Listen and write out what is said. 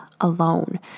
alone